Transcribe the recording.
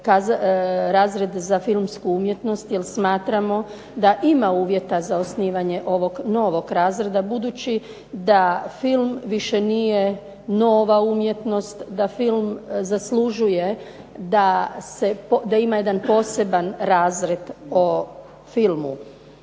razred za filmsku umjetnost, jer smatramo da ima uvjeta za osnivanje ovog novog razreda, budući da film više nije nova umjetnost, da film zaslužuje da ima jedan poseban razred o filmu.